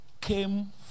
came